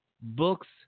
books